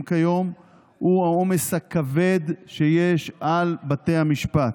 כיום הוא העומס הכבד שיש על בתי המשפט.